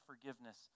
forgiveness